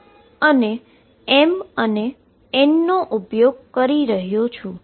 અને m અને n નો ઉપયોગ કરી રહ્યો છું